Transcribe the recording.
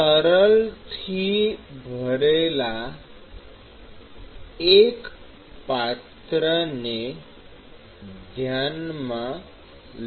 તરલ થી ભરેલા એક પાત્ર ને ધ્યાનમાં લો